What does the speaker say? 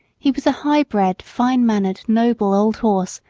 he was a high-bred, fine-mannered, noble old horse,